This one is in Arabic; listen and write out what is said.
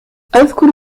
أذكر